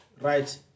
right